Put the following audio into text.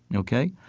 and ok?